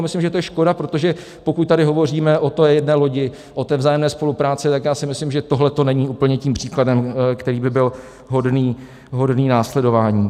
Myslím si, že je to škoda, protože pokud tady hovoříme o té jedné lodi, o té vzájemné spolupráci, tak si myslím, že tohleto není úplně tím příkladem, který by byl hodný následování.